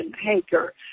Hager